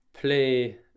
play